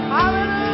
Hallelujah